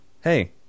hey